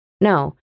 no